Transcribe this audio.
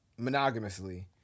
monogamously